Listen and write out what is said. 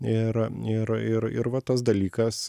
ir ir ir ir va tas dalykas